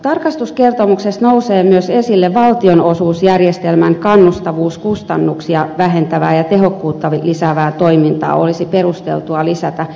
tarkastuskertomuksessa nousee myös esille se että valtionosuusjärjestelmän kannustavuutta kustannuksia vähentävään ja tehokkuutta lisäävään toimintaan olisi perusteltua lisätä